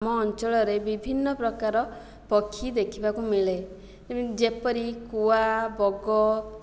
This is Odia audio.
ଆମ ଅଞ୍ଚଳରେ ବିଭିନ୍ନ ପ୍ରକାର ପକ୍ଷୀ ଦେଖିବାକୁ ମିଳେ ଯେପରି କୁଆ ବଗ